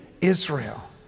Israel